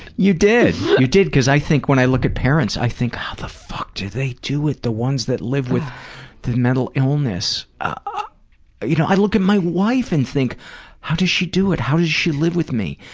you did. you did because i think when i look at parents i think, how the fuck do they do it? the ones that live with the mental illness? ah you know i look at my wife and think how does she do it? how does she live with me?